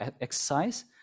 exercise